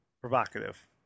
provocative